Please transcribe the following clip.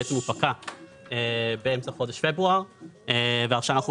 בעצם הוא פקע באמצע חודש פברואר ועכשיו אנחנו